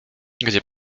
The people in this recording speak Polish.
gdzie